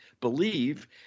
believe